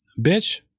bitch